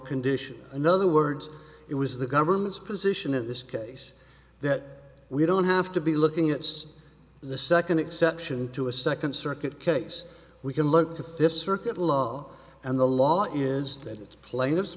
condition in other words it was the government's position in this case that we don't have to be looking it's the second exception to a second circuit case we can look at the fifth circuit law and the law is that it's plaintiff